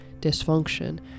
dysfunction